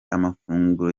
amafunguro